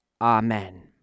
Amen